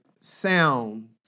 sound